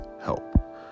help